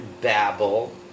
babble